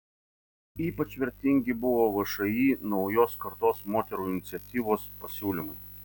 ypač vertingi buvo všį naujos kartos moterų iniciatyvos pasiūlymai